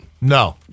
No